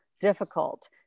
difficult